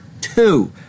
two